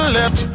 let